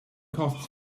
costs